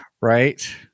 Right